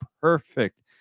perfect